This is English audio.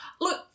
Look